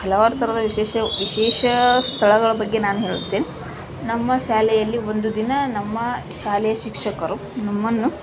ಹಲವಾರು ಥರದ ವಿಶೇಷ ವಿಶೇಷ ಸ್ಥಳಗಳ ಬಗ್ಗೆ ನಾನು ಹೇಳುತ್ತೇನೆ ನಮ್ಮ ಶಾಲೆಯಲ್ಲಿ ಒಂದು ದಿನ ನಮ್ಮ ಶಾಲೆಯ ಶಿಕ್ಷಕರು ನಮ್ಮನ್ನು